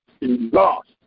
lost